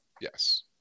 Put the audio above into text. Yes